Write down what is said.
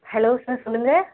hello sir சொல்லுங்கள்